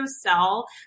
sell